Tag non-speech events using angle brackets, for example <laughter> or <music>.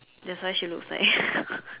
that's why she looks like <laughs>